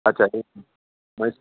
अच्छा ते म्हळ्यार